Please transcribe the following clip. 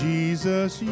Jesus